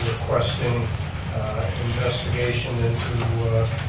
requesting investigation and